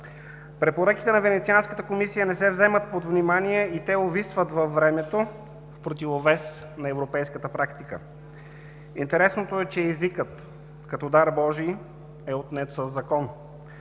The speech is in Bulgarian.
Препоръките на Венецианската комисия не се взимат под внимание и те увисват във времето в противовес на европейската практика. Интересното е, че езикът като дар божий е отнет със закон.